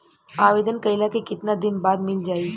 आवेदन कइला के कितना दिन बाद मिल जाई?